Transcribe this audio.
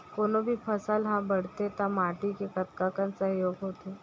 कोनो भी फसल हा बड़थे ता माटी के कतका कन सहयोग होथे?